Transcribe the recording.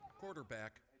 Quarterback